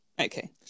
Okay